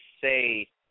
say